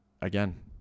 again